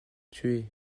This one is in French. tuée